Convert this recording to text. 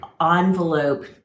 envelope